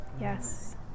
Yes